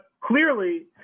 clearly